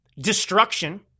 destruction